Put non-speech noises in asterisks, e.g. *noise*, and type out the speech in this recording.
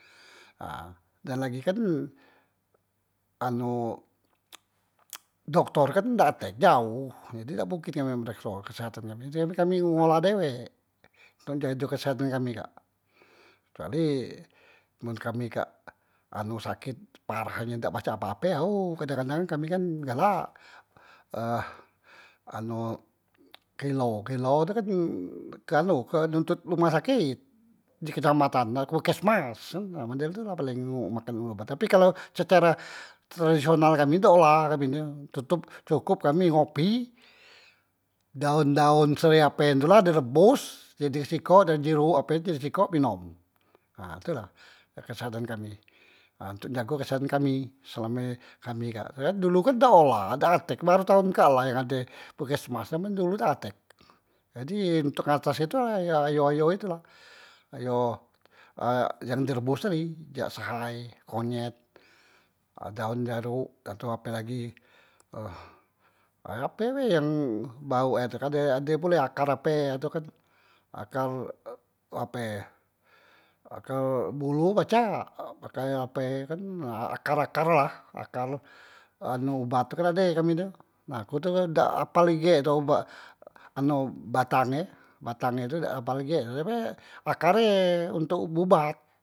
ha dan lagi kan anu *noise* doktor kan dak atek jaoh jadi dak mungkin kami mrekso kesehatan kami, jadi kami ngolah dewek ntok jago kesehatan kami kak, kecuali men kami kak anu saket parah nian dak pacak ape- ape ao kadang- kadang kami kan galak eh anu kilo, kilo tu kan ke anu ke nontot rumah saket di kecamatan nah puskesmas nah model tu la paleng makan obat, tapi kalu secara tradisional kami dak olah kami ni, tutop- cukop kami ngopi daon- daon sereh ape tula di rebos di jadi sikok, jerok tu di jadi sikok minom nah tu la kesehatan kami, ha ntuk jago kesehatan kami selame kami kak, nah dulu kan dak olah dak katek baru taon kak la yang ade puskesmas, jaman dulu dak katek, jadi untok ngatasi tu ayo- ayo itu la ayo eh yang di rebos tadi jak sehai, konyet, daon jarok dah tu ape lagi eh ape be yang bau e ape tu, ade pule akar ape tu kan, akar ee lape, akar bolo pacak, pakai ape kan akar- akar la, akar anu ubat tu kan ade kami tu, nah ku tu dak apal ige tu batang e, batang e apal ige, akar e untuk ubat.